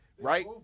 Right